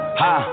ha